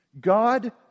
God